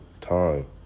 time